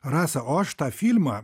rasa o aš tą filmą